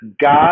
God